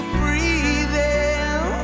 breathing